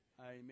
Amen